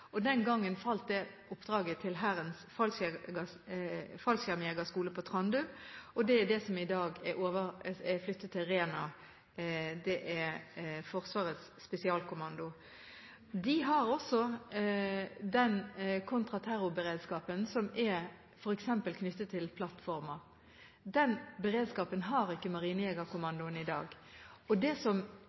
Den gangen falt det oppdraget på Hærens Fallskjermjegerskole på Trandum. Det er det som i dag er flyttet til Rena. Det er Forsvarets spesialkommando. De har også den kontraterrorberedskapen som f.eks. er knyttet til plattformer. Den beredskapen har ikke Marinejegerkommandoen i dag.